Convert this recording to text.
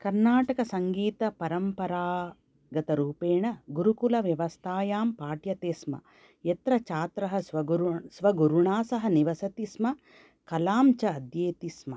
कर्णाटसङ्गीतपरम्परागतरूपेण गुरुकुलव्यवस्थायां पाठ्यते स्म यत्र चात्रः स्वुगुरु स्वगुरुणा सह निवसति स्म कलां च अध्येति स्म